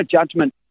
judgment